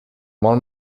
molt